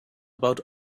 about